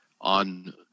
on